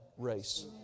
race